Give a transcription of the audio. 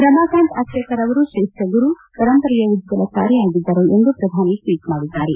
ರಮಾಕಾಂತ್ ಅಚ್ರೇಕರ್ ಅವರು ಶ್ರೇಷ್ತ ಗುರು ಪರಂಪರೆಯ ಉಜ್ವಲ ತಾರೆಯಾಗಿದ್ದರು ಎಂದು ಪ್ರಧಾನಿ ಟ್ವೀಟ್ ಮಾಡಿದ್ದಾರೆ